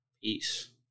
Peace